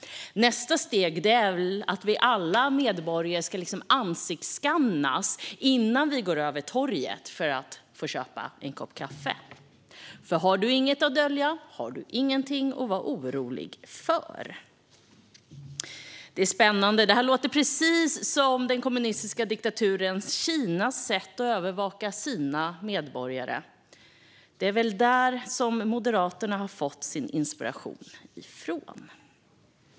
Nästa steg är väl att varje medborgare ska ansiktsskannas innan vi får gå över torget för att köpa en kopp kaffe, för har du inget att dölja har du ingenting att vara orolig för. Det är spännande, för det här låter precis som den kommunistiska diktaturen Kinas sätt att övervaka sina medborgare. Det är väl därifrån Moderaterna har fått sin inspiration.